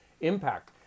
impact